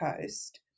Coast